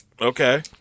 okay